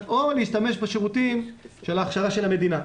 או להשתמש בשירותים של ההכשרה של המדינה,